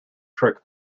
trick